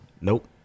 Nope